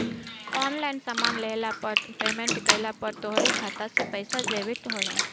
online सामान लेहला पअ पेमेंट कइला पअ तोहरी खाता से पईसा डेबिट होला